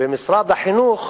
במשרד החינוך